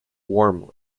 warmly